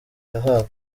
yahawe